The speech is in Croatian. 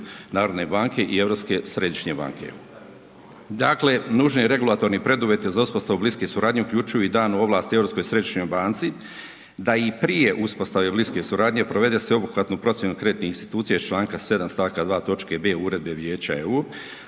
Narodne banke i Europske središnje banke. Dakle, nužan je regulatorni preduvjet za uspostavu bliske suradnje uključuju i dan ovlasti Europskoj središnjoj banci da i prije uspostave bliske suradnje provede sveobuhvatnu procjenu kreditnih institucija iz čl. 7. st. 2. toč. b. Uredbe Vijeća EU,